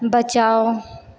बचाओ